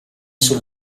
sul